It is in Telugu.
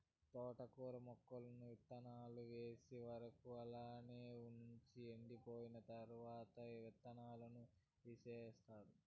తోటకూర మొక్కలను ఇత్తానాలు వచ్చే వరకు అలాగే వుంచి ఎండిపోయిన తరవాత ఇత్తనాలను తీస్తారు